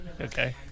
okay